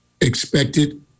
expected